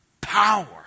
power